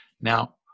Now